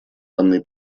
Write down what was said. данный